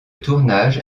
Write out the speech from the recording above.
tournage